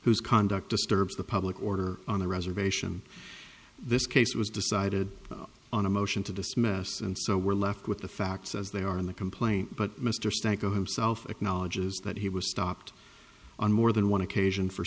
whose conduct disturbs the public order on the reservation this case was decided on a motion to dismiss and so we're left with the facts as they are in the complaint but mr sankoh himself acknowledges that he was stopped on more than one occasion for